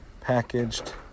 packaged